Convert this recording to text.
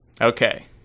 Okay